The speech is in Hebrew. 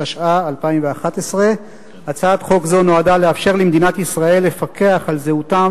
התשע"א 2011. הצעת חוק זו נועדה לאפשר למדינת ישראל לפקח על זהותם